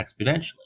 exponentially